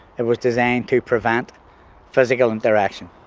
it was designed to prevent physical interaction.